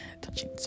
Touching